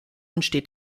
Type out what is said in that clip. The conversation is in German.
entsteht